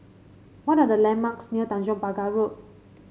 what are the landmarks near Tanjong Pagar Road